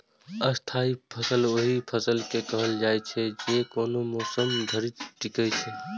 स्थायी फसल ओहि फसल के कहल जाइ छै, जे कोनो मौसम धरि टिकै छै